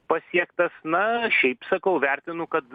pasiektas na šiaip sakau vertinu kad